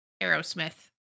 Aerosmith